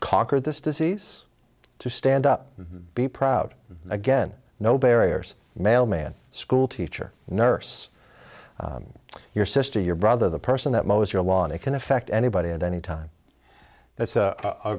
lker this disease to stand up be proud again no barriers mailman school teacher nurse your sister your brother the person that most your lot it can affect anybody at any time that's a